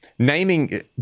Naming